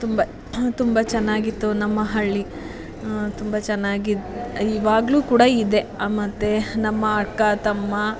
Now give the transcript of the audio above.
ತುಂಬ ತುಂಬ ಚೆನ್ನಾಗಿತ್ತು ನಮ್ಮ ಹಳ್ಳಿ ತುಂಬ ಚೆನ್ನಾಗಿ ಇವಾಗಲೂ ಕೂಡ ಇದೆ ಮತ್ತು ನಮ್ಮ ಅಕ್ಕ ತಮ್ಮ